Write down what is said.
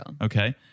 Okay